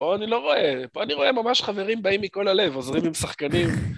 פה אני לא רואה, פה אני רואה ממש חברים באים מכל הלב, עוזרים עם שחקנים.